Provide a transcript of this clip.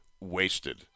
wasted